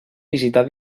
visitar